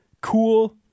cool